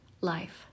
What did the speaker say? life